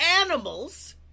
animals